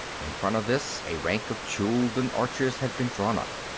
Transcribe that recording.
in front of this, a rank of chuldun archers had been drawn up.